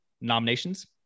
nominations